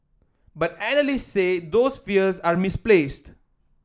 but analysts say those fears are misplaced